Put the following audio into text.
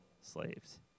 slaves